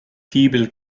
fibel